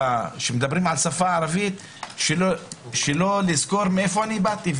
כשמדברים על השפה הערבית אני לא יכול שלא לזכור מאיפה באתי,